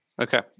Okay